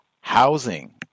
housing